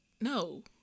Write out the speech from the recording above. no